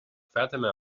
fatima